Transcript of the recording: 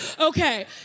Okay